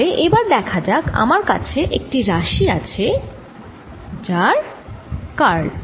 তাহলে এবার দেখা যাক আমার কাছে একটি রাশি আছে যার কার্ল